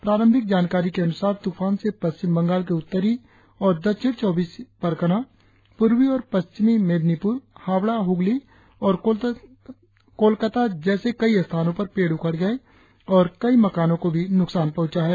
प्रारंभिक जानकारी के अनुसार त्रफान से पश्चिमी बंगाल के उत्तरी और दक्षिण चौंबीस परगना पूर्वी और पश्चिमी मेदिनीपूर हावड़ा हुगली और कोलकाता जैसे कई स्थानों पर पेड़ उखड़ गए और कई मकानों को भी नुकसान पहूचा है